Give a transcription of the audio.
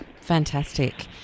Fantastic